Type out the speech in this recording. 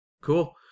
cool